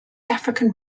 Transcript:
african